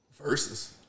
Versus